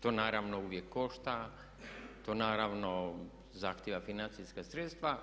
to naravno uvijek košta, to naravno zahtijeva financijska sredstva.